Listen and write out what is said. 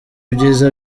ibyiza